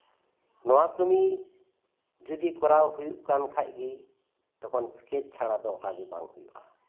ᱱᱚᱣᱟ ᱠᱟᱹᱢᱤ ᱡᱚᱫᱚ ᱠᱚᱨᱟᱣ ᱦᱩᱭᱩᱜ ᱠᱷᱟᱡᱜᱮ ᱛᱚᱠᱷᱚᱱ ᱮᱥᱠᱮᱪ ᱪᱷᱟᱲᱟ ᱚᱠᱟ ᱜᱮ ᱵᱟᱝ ᱦᱩᱭᱩᱜᱼᱟ